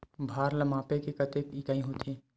भार ला मापे के कतेक इकाई होथे?